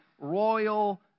royal